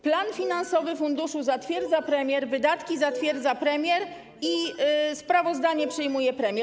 Plan finansowy funduszu zatwierdza premier, wydatki zatwierdza premier i sprawozdanie przyjmuje premier.